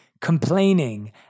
complaining